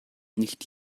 nicht